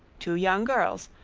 two young girls,